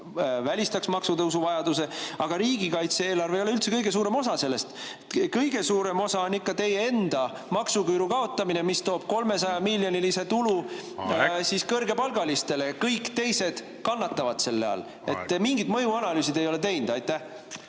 välistaks maksutõusu vajaduse. Pealegi, riigikaitse-eelarve ei ole üldse kõige suurem osa sellest. Kõige suurema osa moodustab ikka teie enda maksuküüru kaotamine, mis toob 300-miljonilise tulu … Aeg! … kõrgepalgalistele ja kõik teised kannatavad selle all. Mingit mõjuanalüüsi te ei ole teinud. …